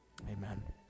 amen